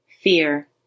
Fear